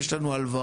יש לנו הלוואות.